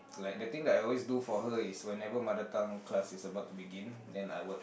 like the thing I always do for her is whenever mother tongue class is about to begin then I would